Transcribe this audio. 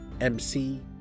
MC